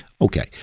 Okay